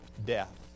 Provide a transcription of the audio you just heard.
death